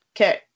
Okay